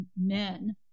men